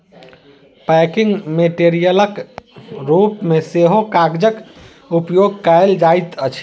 packing मेटेरियलक रूप मे सेहो कागजक उपयोग कयल जाइत अछि